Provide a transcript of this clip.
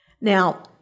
Now